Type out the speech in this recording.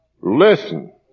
listen